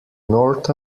north